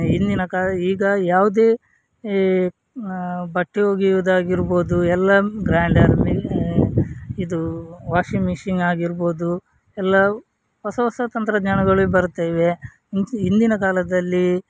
ಹಿಂದಿನ ಕಾಲ ಈಗ ಯಾವುದೇ ಬಟ್ಟೆ ಒಗೆಯುವುದಾಗಿರ್ಬೋದು ಎಲ್ಲಾನು ಗ್ರೈಂಡರ್ ಮಿ ಇದು ವಾಷಿಂಗ್ ಮಿಷಿನ್ಗ್ ಆಗಿರ್ಬೋದು ಎಲ್ಲಾವು ಹೊಸ ಹೊಸ ತಂತ್ರಜ್ಞಾನಗಳು ಬರ್ತಿವೆ ಹಿಂದಿನ ಕಾಲದಲ್ಲಿ